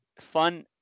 fun